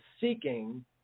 seeking